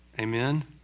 Amen